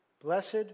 Blessed